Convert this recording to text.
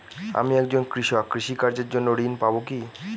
আমি একজন কৃষক কৃষি কার্যের জন্য ঋণ পাব কি?